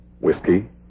Whiskey